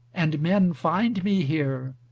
and men find me here,